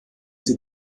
sie